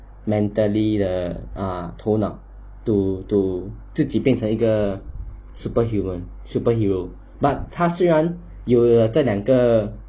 mentally 的 err 头脑 to to 自己变成一个 superhuman superhero but 他虽然有这两个